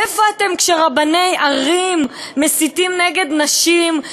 איפה אתם כשרבני ערים מסיתים נגד נשים,